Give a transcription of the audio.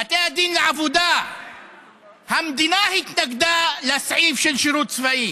בבתי הדין לעבודה המדינה התנגדה לסעיף של שירות צבאי.